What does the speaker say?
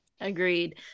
agreed